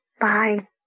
Bye